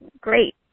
great